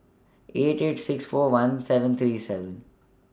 eight eight six four one seven three seven